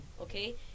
okay